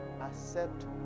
accept